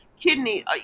kidney